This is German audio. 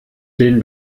den